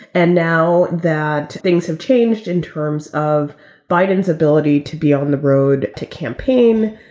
and now that things have changed in terms of biden's ability to be on the road to campaign,